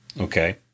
Okay